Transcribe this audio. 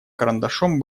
карандашом